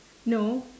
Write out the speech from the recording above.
no